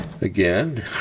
again